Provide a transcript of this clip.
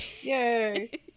Yay